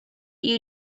you